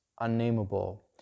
unnameable